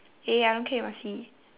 eh I don't care you must see